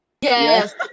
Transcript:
Yes